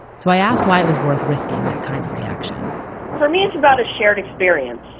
so i asked why it was worth risking, that kind of reaction for me, it's about a shared experience.